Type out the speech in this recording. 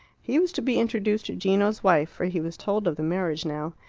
he was to be introduced to gino's wife, for he was told of the marriage now.